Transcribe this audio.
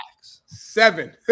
seven